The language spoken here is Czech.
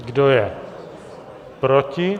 Kdo je proti?